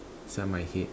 inside my head